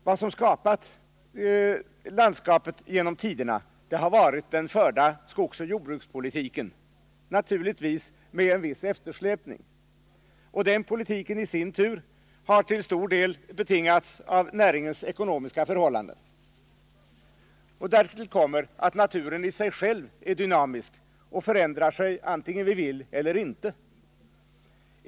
Vad som skapat landskapet genom tiderna har varit den förda skogsoch jordbrukspolitiken, naturligtvis med en viss eftersläpning, och den politiken i sin tur har till stor del betingats av näringens ekonomiska förhållanden. Därtill kommer att naturen i sig själv är dynamisk och förändrar sig antingen vi vill det eller ej.